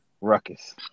ruckus